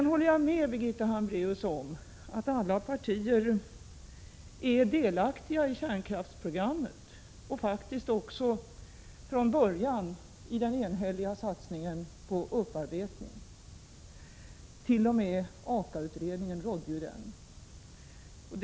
Jag håller med Birgitta Hambraeus om att alla partier är delaktiga i kärnkraftsprogrammet och faktiskt också i den från början enhälliga satsningen på upparbetning — t.o.m. Aka-utredningen förordade ju den.